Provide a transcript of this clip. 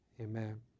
amen